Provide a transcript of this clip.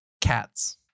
Cats